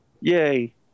Yay